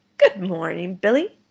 good morning, billy.